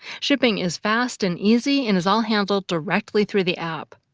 shipping is fast and easy, and is all handled directly through the app.